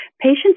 Patients